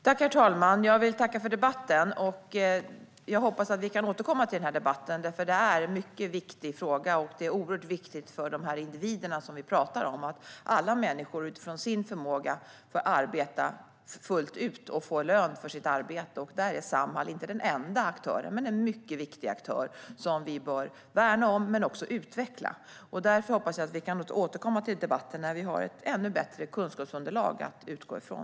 Herr talman! Jag vill tacka för debatten. Jag hoppas att vi kan återkomma till den, för det är en viktig fråga. Det är oerhört viktigt för de individer vi pratar om att alla människor utifrån sin förmåga får arbeta fullt ut och få lön för sitt arbete. Där är Samhall inte den enda aktören, men en mycket viktig sådan, som vi bör värna om men också utveckla. Jag hoppas därför att vi kan återkomma till debatten när vi har ett ännu bättre kunskapsunderlag att utgå ifrån.